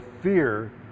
fear